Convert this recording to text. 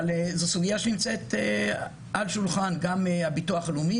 זו סוגיה שנמצאת על שולחן הביטוח הלאומי